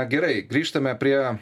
gerai grįžtame prie